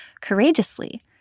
courageously